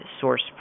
source